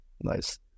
Nice